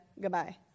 goodbye